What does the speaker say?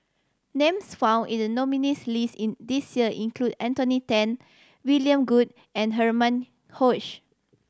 names found in the nominees' list in this year include Anthony Then William Goode and Herman